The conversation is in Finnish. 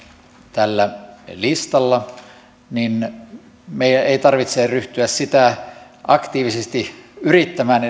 tällä listalla niin meidän ei tarvitse ryhtyä aktiivisesti edes yrittämään